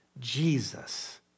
Jesus